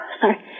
sorry